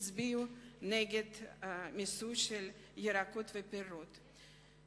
הצביעו נגד המיסוי של הירקות והפירות.